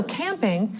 camping